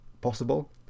possible